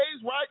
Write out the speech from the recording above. right